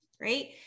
right